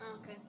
Okay